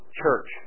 church